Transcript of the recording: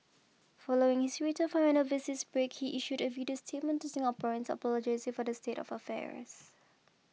following his return from an overseas break he issued a video statement to Singaporeans apologising for the state of affairs